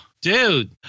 dude